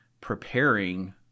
preparing